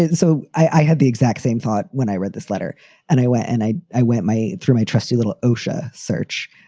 and so i had the exact same thought when i read this letter and i went and i i went my through my trusty little osha search,